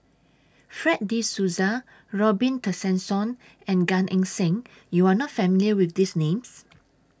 Fred De Souza Robin Tessensohn and Gan Eng Seng YOU Are not familiar with These Names